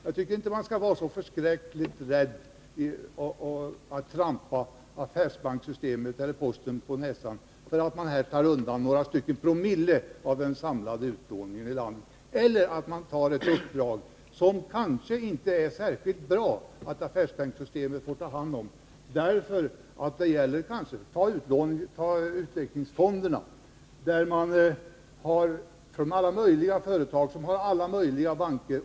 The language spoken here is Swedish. Man bör inte vara så förskräckligt rädd för att trampa affärsbankssystemet eller posten på fötterna genom att här ta undan några få promille av den samlade utlåningen i landet eller genom att ta ett uppdrag som det kanske inte är särskilt bra att affärsbankssystemet får ta hand om. Ta t.ex. utvecklingsfonderna. Det finns företag som har alla möjliga banker.